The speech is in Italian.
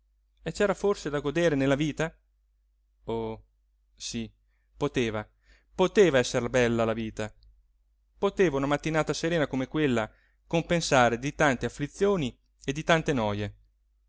e c'era forse da godere nella vita oh sí poteva poteva esser bella la vita poteva una mattinata serena come quella compensare di tante afflizioni e di tante noie